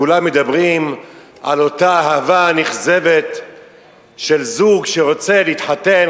כולם מדברים על אותה אהבה נכזבת של זוג שרוצה להתחתן,